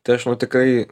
tai aš nu tikrai